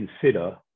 consider